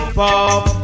pop